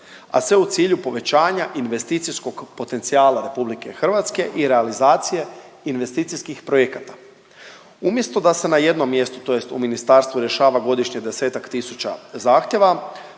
a sve u cilju povećanja investicijskog potencijala Republike Hrvatske i realizacije investicijskih projekata. Umjesto da se na jednom mjestu, tj. u ministarstvu rješava godišnje desetak tisuća zahtjeva